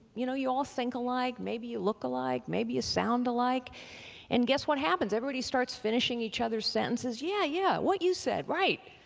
you know, you all think alike, maybe you look alike, maybe you sound alike and guess what happens? everybody starts finishing each other's sentences. yeah, yeah, what you said, right.